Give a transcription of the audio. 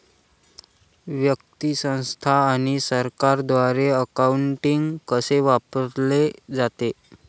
व्यक्ती, संस्था आणि सरकारद्वारे अकाउंटिंग कसे वापरले जाते